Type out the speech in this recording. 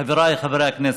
חבריי חברי הכנסת,